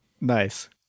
nice